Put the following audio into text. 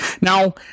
Now